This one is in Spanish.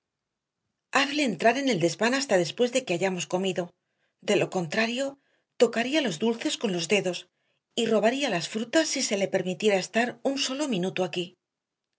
hazle entrar en el desván hasta después de que hayamos comido de lo contrario tocaría los dulces con los dedos y robaría las frutas si se le permitiera estar un solo minuto aquí